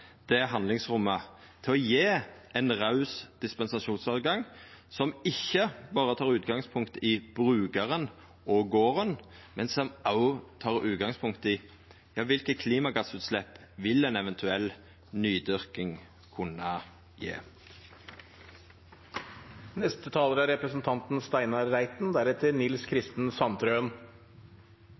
det handlingsrommet til å gje eit raust høve til dispensasjon som ikkje berre tek utgangspunkt i brukaren og garden, men som òg tek utgangspunkt i kva for klimagassutslepp ei eventuell nydyrking vil kunna gje. Jeg har lært å kjenne representanten